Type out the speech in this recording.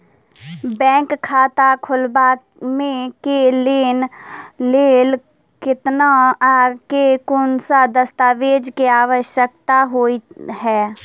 Bank खाता खोलबाबै केँ लेल केतना आ केँ कुन सा दस्तावेज केँ आवश्यकता होइ है?